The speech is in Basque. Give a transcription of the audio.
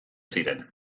ziren